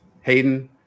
Hayden